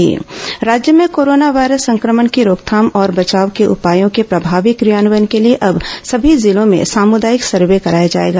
corona सामुदायिक survey राज्य में कोरोना वायरस संक्रमण की रोकथाम और बचाव के उपायों के प्रभावी क्रियान्वयन के लिए अब सभी जिलों में सामुदायिक सर्वे कराया जाएगा